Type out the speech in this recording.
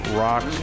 rock